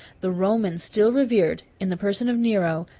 the romans still revered, in the person of nero,